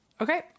Okay